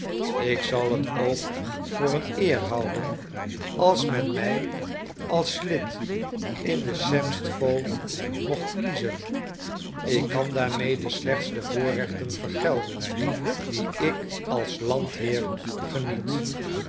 ik zal het ook voor een eer houden als men mij als lid in de semstwo mocht kiezen ik kan daarmede slechts de voorrechten vergelden die ik als landheer geniet